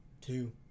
two